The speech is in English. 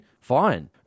fine